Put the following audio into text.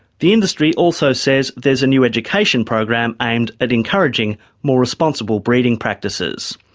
the industry also says there's a new education program aimed at encouraging more responsible breeding practices.